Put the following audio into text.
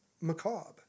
macabre